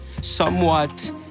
somewhat